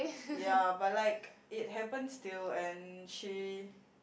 ya but like it happens still and she